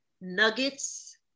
nuggets